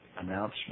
announcement